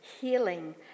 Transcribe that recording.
healing